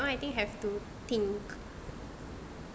but that [one] I think have to think